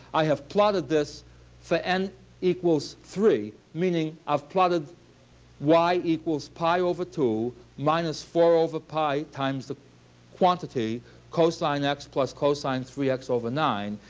i have plotted this for n equals three, meaning i've plotted y equals pi over two minus four over pi times the quantity cosine x plus cosine three x over nine.